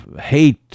hate